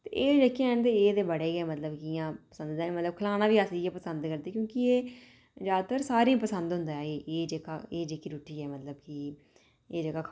ते एह् जेह्के हैन ते एह् ते बड़े गै ज्यादा मतलब जियां खलाना बी अस इ'यै पसंद करदे क्योंकि एह् ज्यादातर सारें गी पसंद होंदा ऐ एह् जेह्का एह् जेह्की रूट्टी ऐ मतलब कि एह् जेह्का खाना ऐ